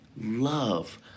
love